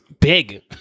big